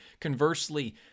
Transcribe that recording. Conversely